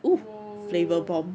!whoa!